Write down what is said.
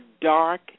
dark